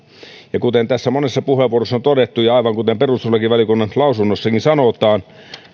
kuten tässä monessa puheenvuorossa on todettu ja aivan kuten perustuslakivaliokunnan lausunnossakin sanotaan